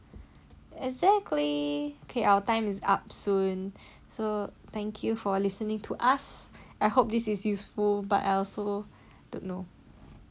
exactly K our time is up soon so thank you for listening to us I hope this is useful but I also don't know